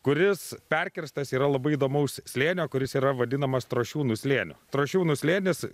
kuris perkirstas yra labai įdomaus slėnio kuris yra vadinamas strošiūnų slėniu strošiūnų slėnis